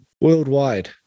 worldwide